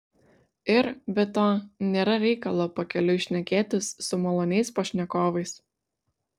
ir be to nėra reikalo pakeliui šnekėtis su maloniais pašnekovais